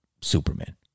Superman